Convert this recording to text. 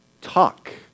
talk